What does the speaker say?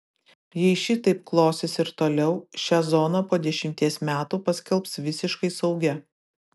jei šitaip klosis ir toliau šią zoną po dešimties metų paskelbs visiškai saugia